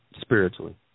spiritually